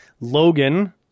Logan